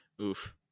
Oof